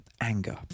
anger